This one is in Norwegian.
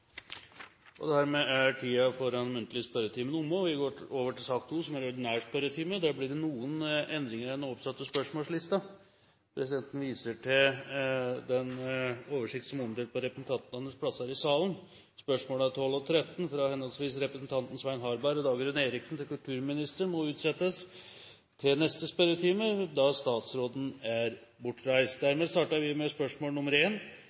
den muntlige spørretimen omme, og vi går over til den ordinære spørretimen. Det blir noen endringer i den oppsatte spørsmålslisten. Presidenten viser i den sammenheng til den oversikten som er omdelt på representantenes plasser. De foreslåtte endringer i den ordinære spørretimen foreslås godkjent. – Det anses vedtatt. Endringene var som følger: Spørsmålene 12 og 13, fra henholdsvis representantene Svein Harberg og Dagrun Eriksen til kulturministeren, må utsettes til neste spørretime, da statsråden